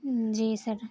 جی سر